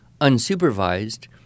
unsupervised